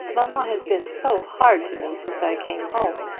mamma has been so hard to me since i came home.